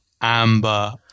amber